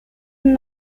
and